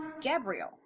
Gabriel